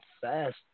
fast